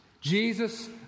Jesus